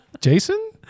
Jason